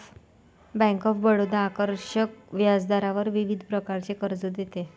bank of Baroda आकर्षक व्याजदरावर विविध प्रकारचे कर्ज देते